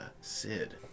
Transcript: Sid